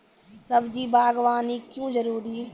सब्जी बागवानी क्यो जरूरी?